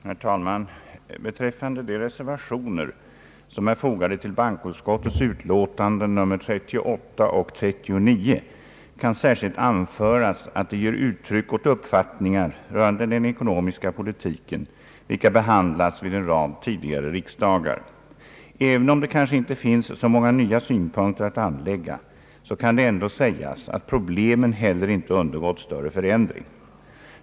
Herr talman! Beträffande de reservationer, som är fogade till bankoutskottets utlåtanden nr 38 och 39, kan särskilt anföras att de ger uttryck åt uppfattningar rörande den ekonomiska politiken, vilka behandlats vid en rad tidigare riksdagar. Om det kanske inte finns så många nya synpunkter att anlägga, kan det ju sägas att problemen heller inte undergått någon större förändring.